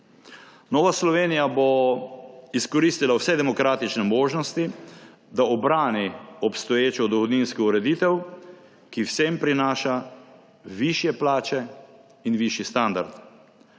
Nova Slovenija bo izkoristila vse demokratične možnosti, da ubrani obstoječo dohodninsko ureditev, ki vsem prinaša višje plače in višji standard.